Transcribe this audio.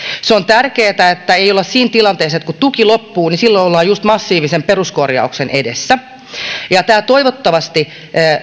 se on tärkeää että ei olla siinä tilanteessa että kun tuki loppuu niin silloin ollaan just massiivisen peruskorjauksen edessä tämä toivottavasti